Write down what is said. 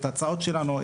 את ההצעות שלנו,